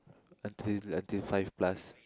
until until five plus